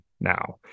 now